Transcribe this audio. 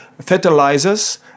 fertilizers